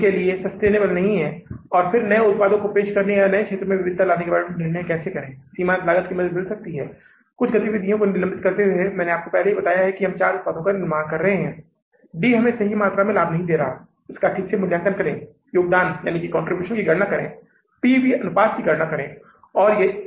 इसलिए बजटीय लाभ और हानि खाता या बजट आय विवरण और बजटीय बैलेंस शीट तैयार करके हम तीन महीने की इस तिमाही के लिए एक पूर्ण बजट मास्टर बजट के साथ तैयार होंगे जो कि जून जुलाई और अगस्त के लिए है सही